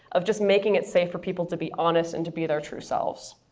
of just making it safe for people to be honest and to be their true selves.